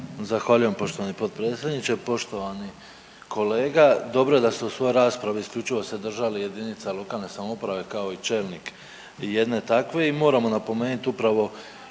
Zahvaljujem poštovani potpredsjedniče, poštovani kolega. Dobro je da ste u svojoj raspravi isključivo se držali jedinice lokalne samouprave kao i čelnik jedne takve i moramo napomeniti upravo